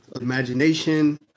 imagination